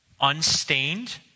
unstained